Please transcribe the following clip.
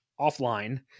offline